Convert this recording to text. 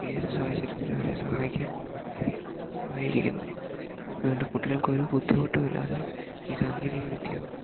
ഏത് സാഹചര്യത്തിലും അവരെ സഹായിക്കാൻ ഇത് സഹകരിക്കുന്നു അതുകൊണ്ട് കുട്ടികൾക്കൊരു ബുദ്ധിമുട്ടുമില്ലാതെ ഈ സാങ്കേതികവിദ്യ